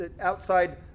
outside